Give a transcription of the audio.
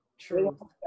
true